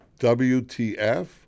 WTF